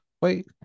wait